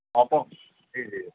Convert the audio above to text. Oppo جی جی